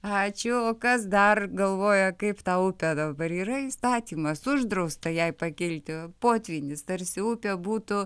ačiū o kas dar galvoja kaip tą upę dabar yra įstatymas uždrausta jei pakilti potvynis tarsi upė būtų